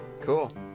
cool